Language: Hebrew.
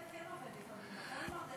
אפליה מתקנת כן עובדת לפעמים, מר דרעי.